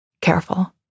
Careful